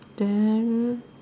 then